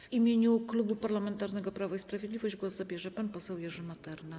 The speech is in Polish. W imieniu Klubu Parlamentarnego Prawo i Sprawiedliwość głos zabierze pan poseł Jerzy Materna.